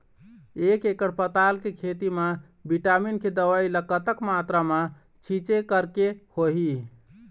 एक एकड़ पताल के खेत मा विटामिन के दवई ला कतक मात्रा मा छीचें करके होही?